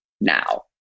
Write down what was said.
now